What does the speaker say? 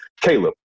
Caleb